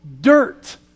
dirt